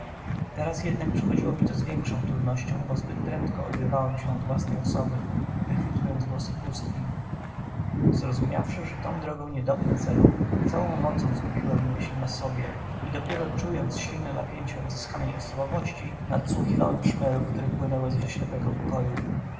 teraz jednak przychodziło mi to z większą trudnością bo zbyt prędko odrywałem się od własnej osoby wychwytując głosy pustki zrozumiawszy że tą drogą nie dopnę celu całą mocą skupiłem myśl na sobie i dopiero czując silne napięcie odzyskanej osobowości nadsłuchiwałem szmerów które płynęły ze ślepego pokoju